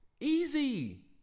Easy